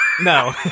No